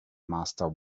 master